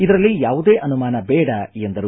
ಇದರಲ್ಲಿ ಯಾವುದೇ ಅನುಮಾನ ಬೇಡ ಎಂದರು